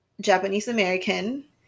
japanese-american